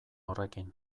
horrekin